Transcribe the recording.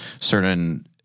certain